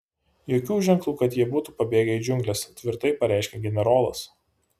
jokių ženklų kad jie būtų pabėgę į džiungles tvirtai pareiškė generolas